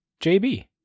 JB